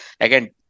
Again